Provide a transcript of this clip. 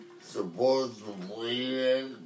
Supposedly